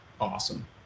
awesome